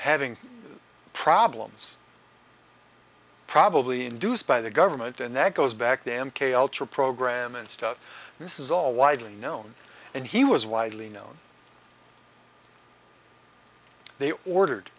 having problems probably induced by the government and that goes back to m k ultra program and stuff this is all widely known and he was widely known they ordered